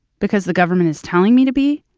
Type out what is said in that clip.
because the government is telling me to be,